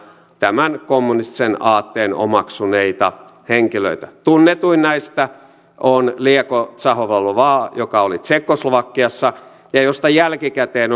tämän kommunistisen aatteen omaksuneita henkilöitä tunnetuin näistä on lieko zachovalova joka oli tsekkoslovakiassa ja josta jälkikäteen